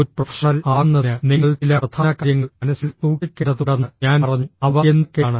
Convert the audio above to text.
ഒരു പ്രൊഫഷണൽ ആകുന്നതിന് നിങ്ങൾ ചില പ്രധാന കാര്യങ്ങൾ മനസ്സിൽ സൂക്ഷിക്കേണ്ടതുണ്ടെന്ന് ഞാൻ പറഞ്ഞു അവ എന്തൊക്കെയാണ്